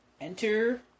Enter